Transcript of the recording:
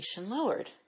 lowered